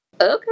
okay